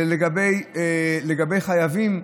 לגבי חייבים,